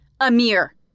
Amir